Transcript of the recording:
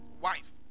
wife